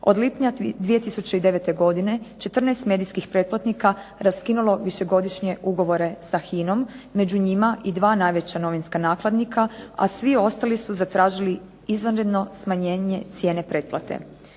od lipnja 2009. godine 14 medijskih pretplatnika raskinulo višegodišnje ugovore sa HINA-om među njima i dva najveća novinska nakladnika, a svi ostali su zatražili izvanredno smanjenje cijene pretplate.